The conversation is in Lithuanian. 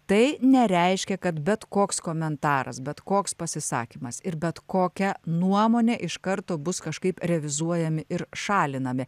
tai nereiškia kad bet koks komentaras bet koks pasisakymas ir bet kokia nuomonė iš karto bus kažkaip revizuojami ir šalinami